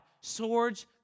Swords